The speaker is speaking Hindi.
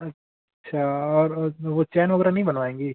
अच्छा और वो चैन वगैरह नहीं बनवाएंगी